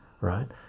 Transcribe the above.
right